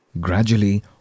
Gradually